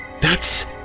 That's